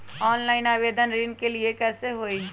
Online आवेदन ऋन के लिए कैसे हुई?